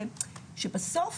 זה שבסוף